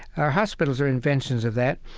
our hospitals are inventions of that.